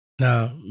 Now